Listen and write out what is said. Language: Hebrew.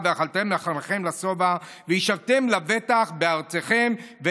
ואכלתם לחמכם לשבע וישבתם לבטח בארצכם.